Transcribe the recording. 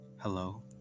Hello